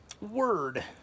Word